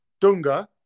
Dunga